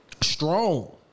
strong